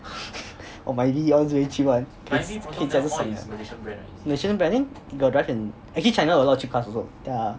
oh Myvi is all the way cheap [one] 可以驾很远的:ke yi jia hen yuan malaysian brand I think you got drive can actually china got a lot of cheap cars also